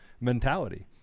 mentality